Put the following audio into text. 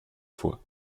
fois